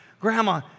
Grandma